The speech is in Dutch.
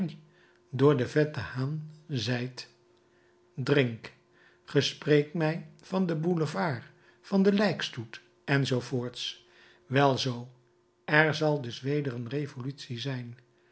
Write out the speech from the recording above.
voor den vetten haan zijt drink ge spreekt mij van den boulevard van den lijkstoet en zoo voorts welzoo er zal dus weder een revolutie zijn